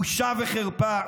בושה וחרפה.